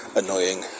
annoying